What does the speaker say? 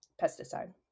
pesticide